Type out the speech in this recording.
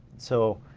so,